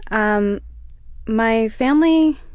um my family